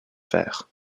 faire